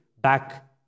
back